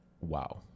wow